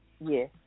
Yes